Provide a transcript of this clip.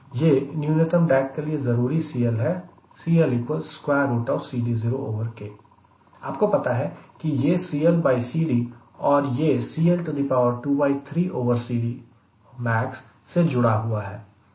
यह न्यूनतम ड्रेग के लिए जरूरी CL है आपको पता है कि यह CLCD और यह CL23CDmax से जुड़ा हुआ है